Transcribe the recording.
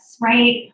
Right